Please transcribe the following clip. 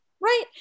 right